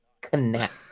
connect